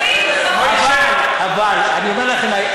אבל אני אומר לכם,